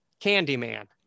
Candyman